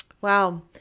Wow